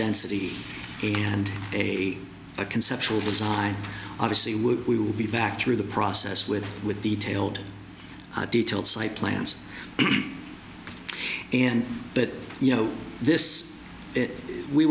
density and a conceptual design obviously we will be back through the process with with detailed detailed site plans and but you know this we